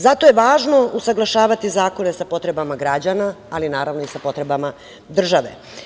Zato je važno usaglašavati zakone sa potrebama građana, ali naravno, i sa potrebama države.